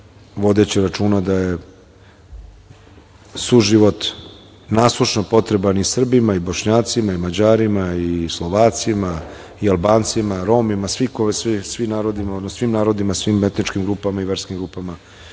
vodeći računa da je suživot nasušno potreban i Srbima i Bošnjacima i Mađarima i Slovacima i Albancima, Romima svim narodima, svim etničkim grupama i verskim grupama